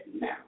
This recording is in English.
now